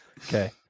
Okay